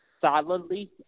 solidly